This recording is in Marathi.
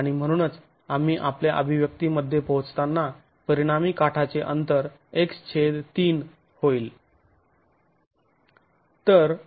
आणि म्हणूनच आम्ही आपल्या अभिव्यक्ती मध्ये पोहोचताना परिणामी काठाचे अंतर x3 होईल